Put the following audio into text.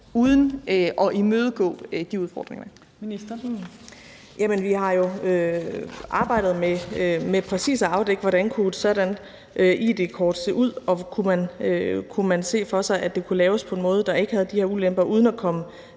uden at imødegå de udfordringer.